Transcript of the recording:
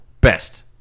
best